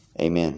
Amen